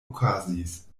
okazis